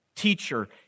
Teacher